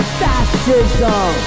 fascism